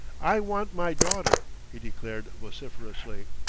i want my daughter, he declared vociferously.